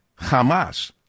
Hamas